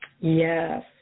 Yes